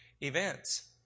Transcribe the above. events